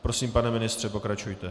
Prosím, pane ministře, pokračujte.